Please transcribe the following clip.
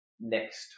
next